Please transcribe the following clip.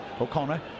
O'Connor